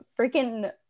freaking